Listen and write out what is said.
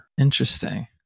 Interesting